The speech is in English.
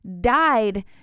died